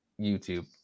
YouTube